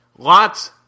Lots